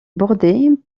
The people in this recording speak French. bordé